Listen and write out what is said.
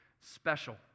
special